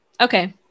Okay